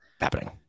happening